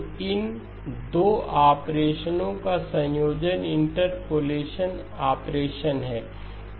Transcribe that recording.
तो इन 2 ऑपरेशनों का संयोजन इंटरपोलेशन ऑपरेशन है